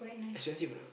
expensive or not